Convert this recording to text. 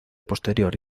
posterior